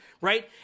right